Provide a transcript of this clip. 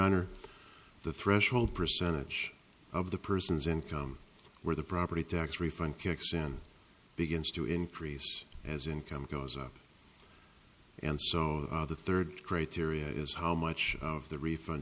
honor the threshold percentage of the person's income where the property tax refund kicks and begins to increase as income goes up and so the third criteria is how much of the refund